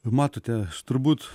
matote aš turbūt